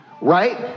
right